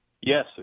Yes